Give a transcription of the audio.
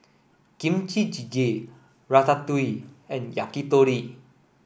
Kimchi Jjigae Ratatouille and Yakitori